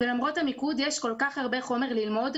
ולמרות המיקוד יש כל כך הרבה חומר ללמוד,